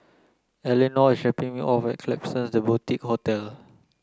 Elinore is dropping me off at Klapsons The Boutique Hotel